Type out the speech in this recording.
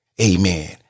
Amen